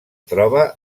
troba